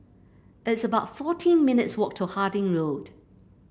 it's about fourteen minutes walk to Harding Road